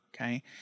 okay